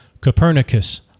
copernicus